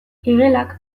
igelak